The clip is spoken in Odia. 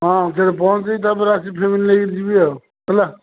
ହଁ ସେଇଠି ପହଁଞ୍ଚେଇ ତା'ପରେ ଆସିକି ଫେମିଲି ନେଇକି ଯିବି ଆଉ ହେଲା